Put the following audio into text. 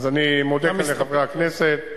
אני מודה לחברי הכנסת,